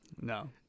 No